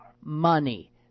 money